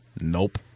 nope